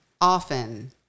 often